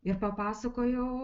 ir papasakojau